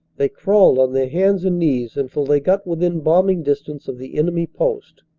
they crawled on their hands and knees until they got within bombing dis tance of the enemy post.